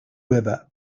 river